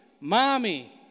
mommy